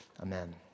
Amen